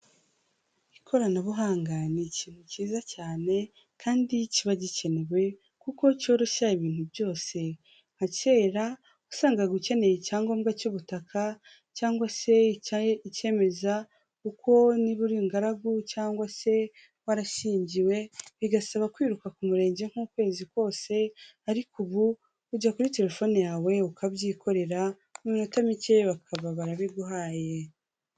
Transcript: Ikoranabuhanga ni ikintu kiza cyane, kandi kiba gikenewe kuko cyoroshya ibintu byose. Nka kera, wasangaga ukeneye icyangombwa cy'ubutaka cyangwa se ikemeza ko uri ingaragu cyangwa se warashyingiwe; bigasaba kwiruka ku murenge nk'ukwezi kose; ariko ubu, ujya kuri telefone yawe ukabyikorera, mu minota mike bakaba barabiguhaye.